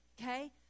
Okay